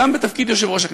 גם בתפקיד יושב-ראש הכנסת,